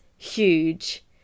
huge